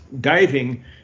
diving